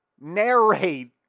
narrate